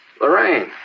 Lorraine